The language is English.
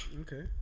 Okay